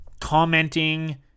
commenting